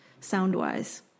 Soundwise